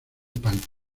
punk